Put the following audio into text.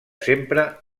sempre